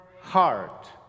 heart